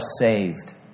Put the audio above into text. saved